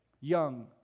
young